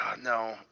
no